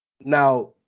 Now